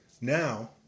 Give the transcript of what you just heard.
now